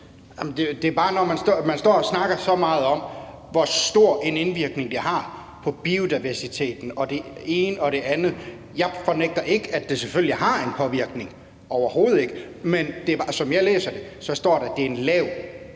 Det er bare det, at man står og snakker så meget om, hvor stor en indvirkning det har på biodiversiteten og det ene og det andet. Jeg fornægter ikke, at det selvfølgelig har en påvirkning, overhovedet ikke, men som jeg læser det, står der, at det er en lav påvirkning